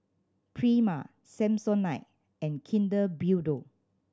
Prima Samsonite and Kinder Bueno